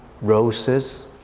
roses